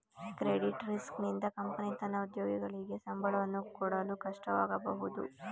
credit risk ನಿಂದ company ತನ್ನ ಉದ್ಯೋಗಿಗಳಿಗೆ ಸಂಬಳವನ್ನು ಕೊಡಲು ಕಷ್ಟವಾಗಬಹುದು